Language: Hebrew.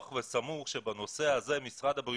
וסמוך שמשרד הבריאות בנושא הזה ימצא